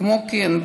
כמו כן,